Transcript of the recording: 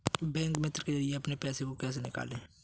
Bank मित्र के जरिए अपने पैसे को कैसे निकालें?